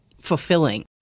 fulfilling